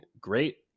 great